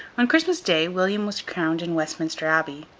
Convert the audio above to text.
on christmas day, william was crowned in westminster abbey,